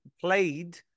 played